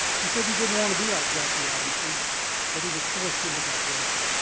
he said he didn't want to be like jackie robinson but he was forced into that role,